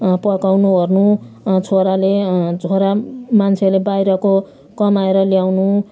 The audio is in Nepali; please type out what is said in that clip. पकाउनुओर्नु छोराले छोरा मान्छेले बाहिरको कमाएर ल्याउनु